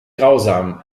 grausam